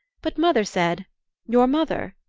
but mother said your mother?